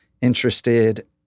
interested